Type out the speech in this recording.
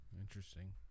Interesting